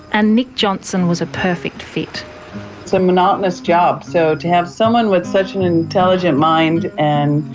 and nick johnson was a perfect fit. it's a monotonous job, so to have someone with such an intelligent mind and